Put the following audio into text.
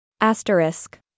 Asterisk